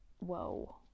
whoa